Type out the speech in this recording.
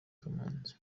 kamanzi